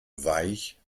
weich